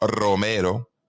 Romero